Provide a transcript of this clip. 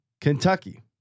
Kentucky